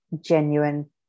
genuine